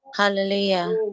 Hallelujah